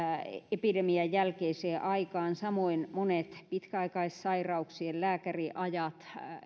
epidemian jälkeiseen aikaan samoin monet pitkäaikaissairauksien lääkäriajat